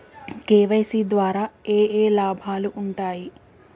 KYC ద్వారా ఏఏ లాభాలు ఉంటాయి?